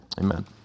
Amen